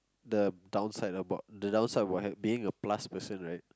the downside about the downside of what being a plus person right